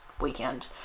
weekend